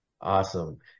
Awesome